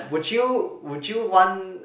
would you would you want